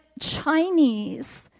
Chinese